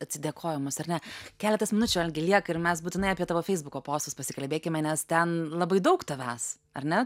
atsidėkojimas ar ne keletas minučių algi lieka ir mes būtinai apie tavo feisbuko postus pasikalbėkime nes ten labai daug tavęs ar ne